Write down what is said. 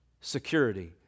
security